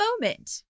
moment